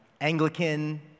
Anglican